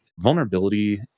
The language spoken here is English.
vulnerability